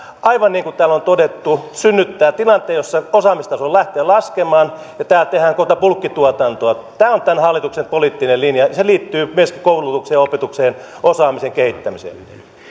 aivan niin kuin täällä on todettu synnyttää tilanteen jossa osaamistaso lähtee laskemaan ja täällä tehdään kohta bulkkituotantoa tämä on tämän hallituksen poliittinen linja se liittyy myöskin koulutukseen ja opetukseen osaamisen kehittämiseen